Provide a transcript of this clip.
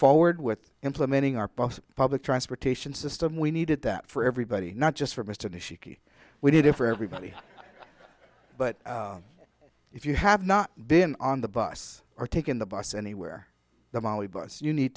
forward with implementing our post public transportation system we needed that for everybody not just for mr shiki we did it for everybody but if you have not been on the bus or taken the bus anywhere the molly bus you need